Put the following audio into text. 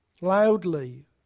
loudly